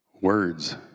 words